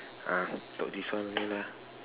ah talk this one only ah